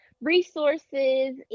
resources